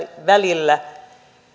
välillä